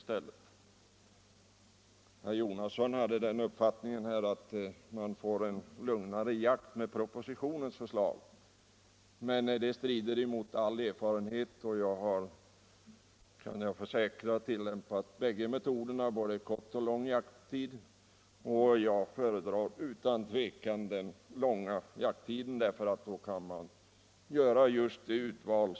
Herr Jonasson hade den uppfattningen att propositionens förslag skulle ge en lugnare jakt, men det strider mot all erfarenhet. Jag har tillämpat bägge metoderna, både kort och lång jakttid, och jag föredrar utan tvekan den långa jakttiden. Den ger ett bättre urval när det gäller fällda älgar.